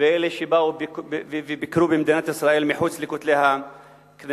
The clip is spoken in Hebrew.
ואלה שבאו וביקרו במדינת ישראל מחוץ לכותלי הכנסת.